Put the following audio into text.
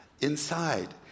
inside